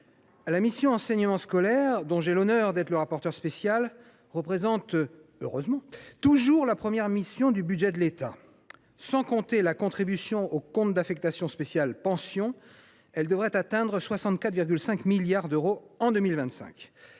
la mission « Enseignement scolaire », dont j’ai l’honneur d’être le rapporteur spécial, représente – heureusement – toujours la première mission du budget de l’État. Sans compter la contribution au compte d’affectation spéciale « Pensions », elle devrait atteindre 64,5 milliards d’euros en 2025.